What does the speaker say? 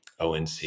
ONC